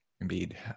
Indeed